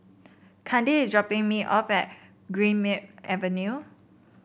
Candi is dropping me off at Greenmead Avenue